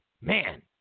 man